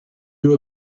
know